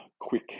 quick